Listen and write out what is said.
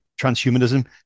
transhumanism